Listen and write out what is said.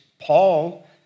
Paul